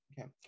Okay